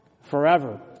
forever